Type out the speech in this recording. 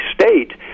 state